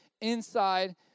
inside